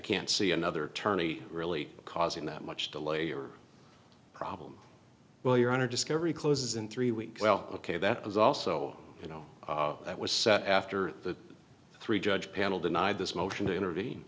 can't see another attorney really causing that much delay or problem well your honor discovery closes in three weeks well ok that was also you know that was set after the three judge panel denied this motion to intervene